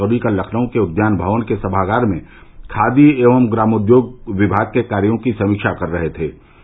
श्री पचौरी कल लखनऊ के उद्यान भवन के सभागार में खादी एवं ग्रामोद्योग विभाग के कार्यो की समीक्षा कर रहे थे